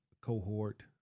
cohort